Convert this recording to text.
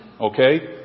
okay